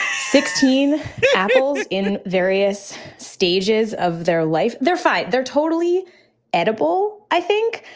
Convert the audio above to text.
sixteen apples in various stages of their life. they're fine. they're totally edible i think,